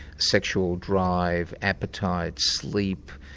sexual drive, appetite, sleep.